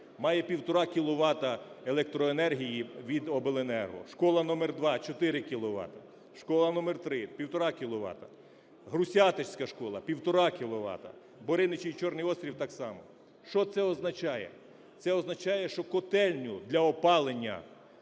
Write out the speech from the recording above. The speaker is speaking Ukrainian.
має півтора кіловата електроенергії від обленерго. Школа № 2 – 4 кіловати, школа № 3 – 1,5 кіловата. Грусятицька школа – 1,5 кіловата, Бориничі і Чорний Острів – так само. Що це означає? Це означає, що котельню для опалення